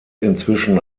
inzwischen